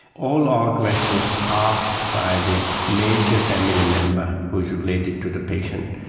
all are questions asked by the major family member who was related to the patient,